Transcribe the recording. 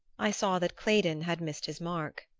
i saw that claydon had missed his mark.